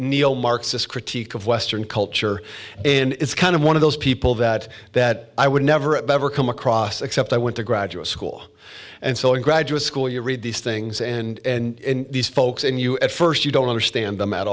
neo marxist critique of western culture and it's kind of one of those people that that i would never ever come across except i went to graduate school and so in graduate school you read these things and these folks and you at first you don't understand them at